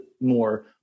more